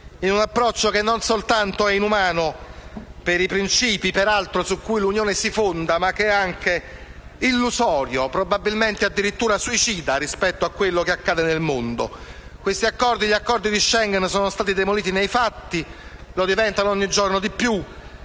in un approccio che non solo è inumano per i principi (su cui, peraltro, l'Unione si fonda), ma che è anche illusorio, probabilmente addirittura suicida rispetto a quello che accade nel mondo. Gli accordi di Schengen sono stati demoliti nei fatti e lo diventano ogni giorno di più.